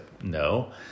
no